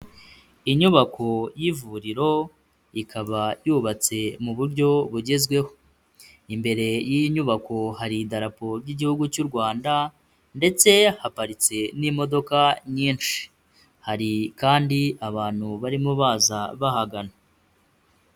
Inyubako y'ivuriro ikaba yubatse mu buryo bugezweho, imbere y'iyi nyubako hari idarapo ry'Igihugu cy'u Rwanda ndetse haparitse n'imodoka nyinshi, hari kandi abantu barimo baza bahagana.